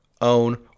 own